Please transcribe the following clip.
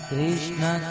Krishna